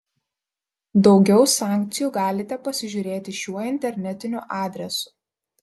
daugiau sankcijų galite pasižiūrėti šiuo internetiniu adresu